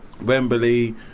Wembley